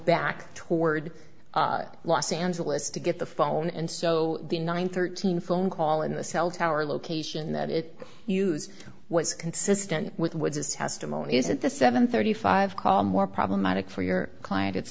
back toward los angeles to get the phone and so the nine thirteen phone call in the cell tower location that it use was consistent with woods's testimony is that the seven thirty five call more problematic for your client it's